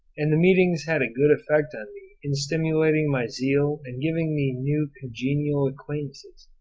and the meetings had a good effect on me in stimulating my zeal and giving me new congenial acquaintances.